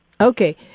Okay